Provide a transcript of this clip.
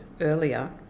earlier